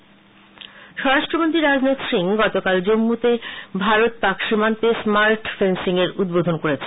বাজনাথ সিং স্বরাষ্ট্রমন্ত্রী রাজনাথ সিং গতকাল জম্মুতে ভারত পাক সীমান্তে স্মার্ট ফেন্সিংয়ের উদ্বোধন করেছেন